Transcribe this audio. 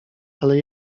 ale